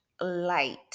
light